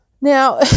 Now